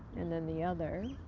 and then the other.